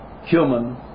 human